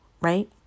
right